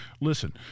listen